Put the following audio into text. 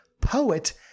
poet